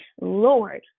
Lord